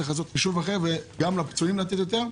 צריך לעשות חישוב אחר וגם לפצועים לתת יותר,